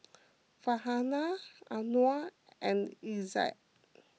Farhanah Anuar and Izzat